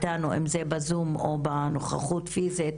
אם זה בזום או בנוכחות הפיזית,